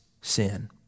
sin